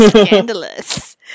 scandalous